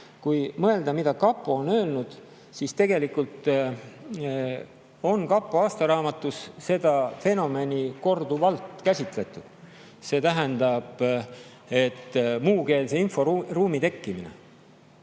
Kui mõelda, mida kapo on öelnud, siis tegelikult on kapo aastaraamatus seda fenomeni korduvalt käsitletud. See tähendab, et muukeelse inforuumi tekkimise